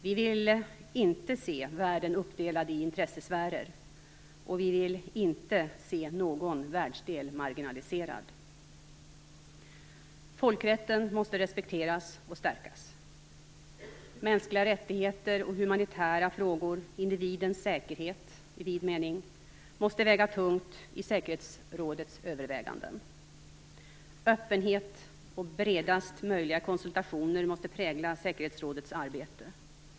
Vi vill inte se världen uppdelad i intressesfärer, och vi vill inte se någon världsdel marginaliserad. Folkrätten måste respekteras och stärkas. Mänskliga rättigheter och humanitära frågor - individens säkerhet i vid mening - måste väga tungt i säkerhetsrådets överväganden. Öppenhet och bredast möjliga konsultationer måste prägla säkerhetsrådets arbete.